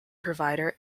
provider